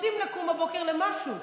רוצים לקום בבוקר למשהו,